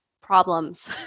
problems